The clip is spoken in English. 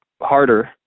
harder